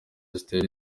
zitera